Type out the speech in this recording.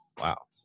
Wow